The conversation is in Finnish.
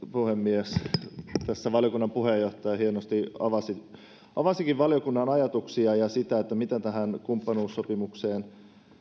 puhemies tässä valiokunnan puheenjohtaja hienosti avasikin avasikin valiokunnan ajatuksia ja sitä mitä tähän kumppanuussopimukseen